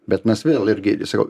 bet mes vėl irgi sakau